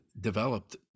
developed